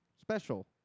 special